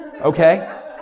Okay